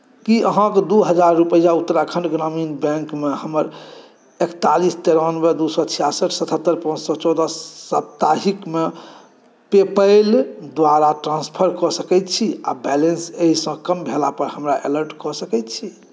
की अहाँके दू हजार रुपैआ उत्तराखण्ड ग्रामीण बैंकमे हमर एकतालीस तिरानबे दू सओ छियासठ सत्तहत्तरि पाँच सए चौदह साप्ताहिकमे पेपैल द्वारा ट्रान्सफर कऽ सकैत छी आओर बैलेन्स एहिसँ कम भेलापर हमरा अलर्ट कऽ सकैत छी